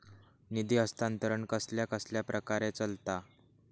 निधी हस्तांतरण कसल्या कसल्या प्रकारे चलता?